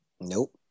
nope